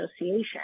association